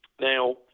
Now